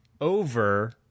over